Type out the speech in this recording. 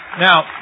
Now